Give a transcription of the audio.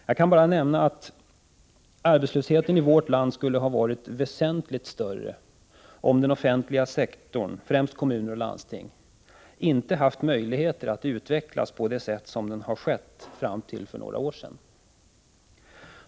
Jag kan bara nämna att arbetslösheten i vårt land skulle ha varit väsentligt större om den offentliga sektorn, ffrämst kommuner och landsting, inte haft möjligheter att utvecklas på det sätt som skett fram till för några år sedan.